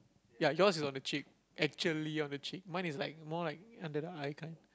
ya yours is on the cheek actually on the cheek mine is like more like under the eye kind